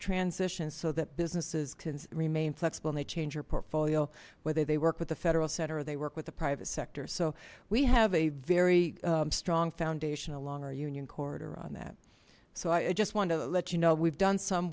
transition so that businesses can remain flexible and they change your portfolio whether they work with the federal center or they work with the private sector so we have a very strong foundation along our union corridor on that so i just wanted to let you know we've done some